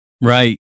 Right